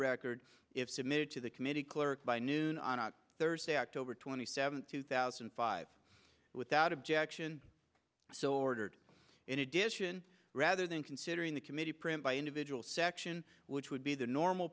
record if submitted to the committee clerk by noon on thursday october twenty seventh two thousand and five without objection so ordered in addition rather than considering the committee print by individual section which would be the normal